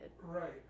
Right